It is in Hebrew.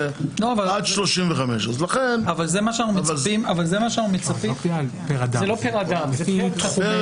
וזה עד 35%. זה פר תפקיד,